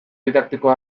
didaktikoa